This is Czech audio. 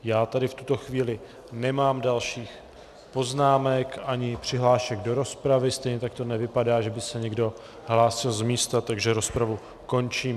Já tady v tuto chvíli nemám dalších poznámek, ani přihlášení do rozpravy, stejně tak to nevypadá, že by se někdo hlásil z místa, takže rozpravu končím.